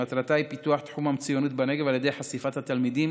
שמטרתה היא פיתוח תחום המצוינות בנגב על ידי חשיפת התלמידים